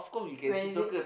when is it